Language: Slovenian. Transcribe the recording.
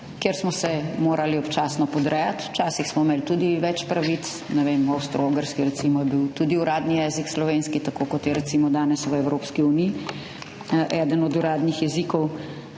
kjer smo se morali občasno podrejati. Včasih smo imeli tudi več pravic, v Avstro-Ogrski, recimo, je bil tudi uradni jezik slovenski, tako kot je recimo danes v Evropski uniji eden od uradnih jezikov,